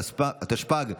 התשפ"ג 2023,